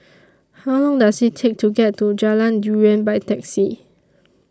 How Long Does IT Take to get to Jalan Durian By Taxi